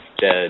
dead